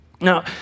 Now